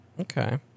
Okay